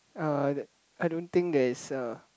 uh I don't think there is a